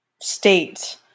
state